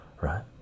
right